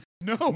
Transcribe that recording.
No